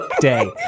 day